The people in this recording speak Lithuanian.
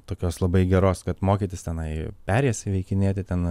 tokios labai geros kad mokytis tenai perėjas įveikinėti ten